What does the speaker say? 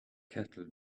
kettle